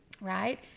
right